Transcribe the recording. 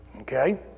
Okay